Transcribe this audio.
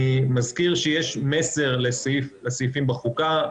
אני מזכיר שיש מסר לסעיפים בחוקה,